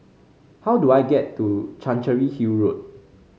how do I get to Chancery Hill Road